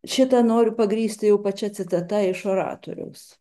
šitą noriu pagrįsti jau pačia citata iš oratoriaus